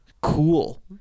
cool